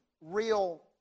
real